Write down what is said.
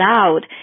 out